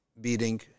beating